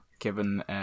Given